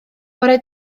bore